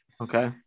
Okay